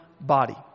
body